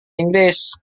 inggris